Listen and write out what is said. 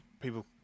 people